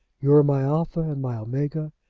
you are my alpha and my omega,